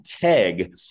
keg